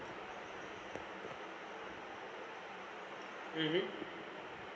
mmhmm